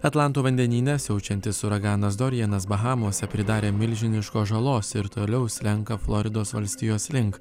atlanto vandenyne siaučiantis uraganas dorianas bahamose pridarė milžiniškos žalos ir toliau slenka floridos valstijos link